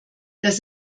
das